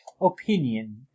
opinion